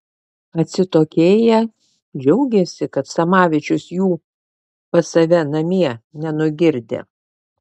atsitokėję džiaugėsi kad samavičius jų pas save namie nenugirdė